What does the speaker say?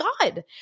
God